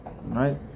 Right